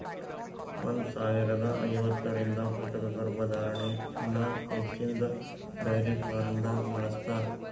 ಒಂದ್ ಸಾವಿರದಾ ಐವತ್ತರಿಂದ ಕೃತಕ ಗರ್ಭಧಾರಣೆ ಅನದ್ ಹಚ್ಚಿನ್ದ ಡೈರಿ ಫಾರ್ಮ್ದಾಗ್ ಬಳ್ಸತಾರ್